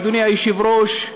אדוני היושב-ראש,